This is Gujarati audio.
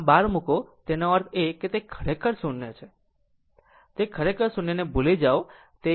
આમ બાર મૂકો તેનો અર્થ એ કે તે ખરેખર 0 છે તે ખરેખર 0 ભૂલી જાઓ